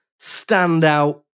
standout